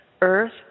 earth